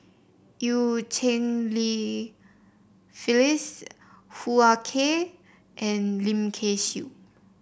Eu Cheng Li Phyllis Hoo Ah Kay and Lim Kay Siu